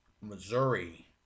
Missouri